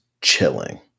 chilling